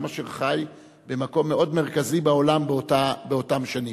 אשר חי במקום מאוד מרכזי בעולם באותן שנים.